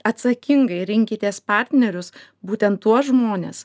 atsakingai rinkitės partnerius būtent tuos žmones